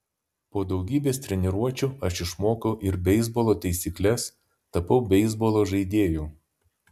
po daugybės treniruočių aš išmokau ir beisbolo taisykles tapau beisbolo žaidėju